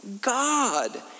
God